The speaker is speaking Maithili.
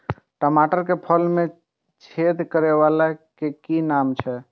टमाटर के फल में छेद करै वाला के कि नाम छै?